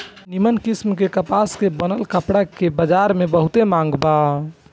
निमन किस्म के कपास से बनल कपड़ा के बजार में बहुते मांग बा